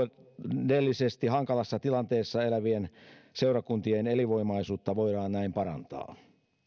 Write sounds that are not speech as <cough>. <unintelligible> ja taloudellisesti hankalassa tilanteessa elävien seurakuntien elinvoimaisuutta voidaan näin parantaa